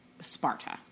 Sparta